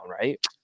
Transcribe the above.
Right